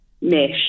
mesh